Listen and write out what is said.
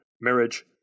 marriage